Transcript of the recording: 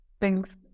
Thanks